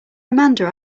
amanda